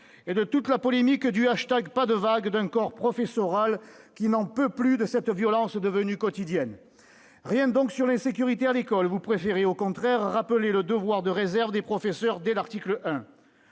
et de toute la polémique du hashtag #PasDeVague d'un corps professoral qui n'en peut plus de cette violence devenue quotidienne. Rien donc sur l'insécurité à l'école ! Vous préférez au contraire rappeler le devoir de réserve des professeurs dès l'article 1.